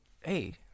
Hey